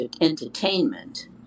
entertainment